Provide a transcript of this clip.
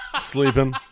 Sleeping